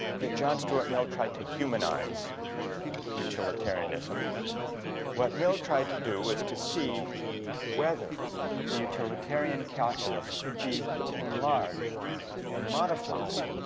the john stuart mill try to humanize utilitarianism what mill tried to do was to see whether the utilitarian calculus could be enlarged and modified